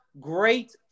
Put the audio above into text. great